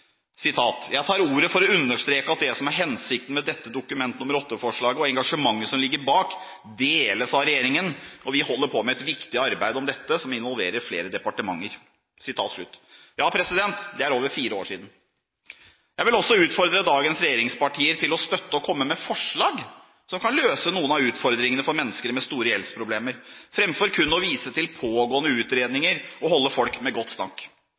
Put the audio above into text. tar ordet for å understreke at det som er hensikten med dette Dokument nr. 8-forslaget og engasjementet som ligger bak, deles av Regjeringen, og vi holder på med et viktig arbeid om dette som involverer flere departementer.» Det er over fire år siden. Jeg vil utfordre dagens regjeringspartier til å støtte og komme med forslag som kan møte noen av utfordringene for mennesker med store gjeldsproblemer, framfor kun å vise til pågående utredninger og holde folk med godt